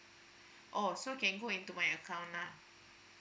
oh so can go into my account lah